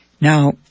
Now